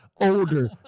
older